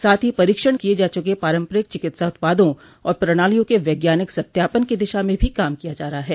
साथ ही परीक्षण किए जा चुके पारंपरिक चिकित्सा उत्पादों और प्रणालियों के वैज्ञानिक सत्यापन की दिशा में भी काम किया जा रहा है